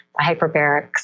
hyperbarics